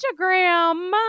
Instagram